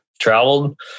traveled